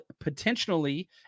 potentially